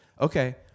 okay